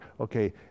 okay